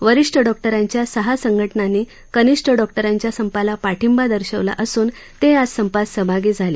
वरिष्ठ डॉक्टरांच्या सहा संघटनांनी कनिष्ठ डॉक्टरांच्या संपाला पाठींबा दर्शवला असून ते आज संपात सहभागी झाले